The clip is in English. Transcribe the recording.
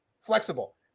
flexible